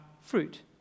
fruit